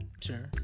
Sure